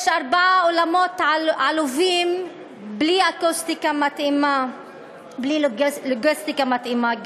יש ארבעה אולמות עלובים בלי אקוסטיקה מתאימה וגם בלי לוגיסטיקה מתאימה.